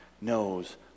knows